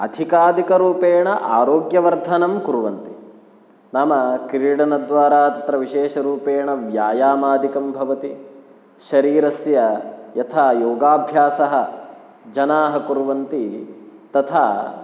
अधिकाधिकरूपेण आरोग्यवर्धनं कुर्वन्ति नाम क्रीडनद्वारा अत्र विशेषेण व्यायामादिकं भवति शरीरस्य यथा योगाभ्यासः जनाः कुवन्ति तथा